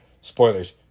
spoilers